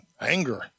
anger